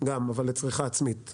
אבל לצריכה עצמית,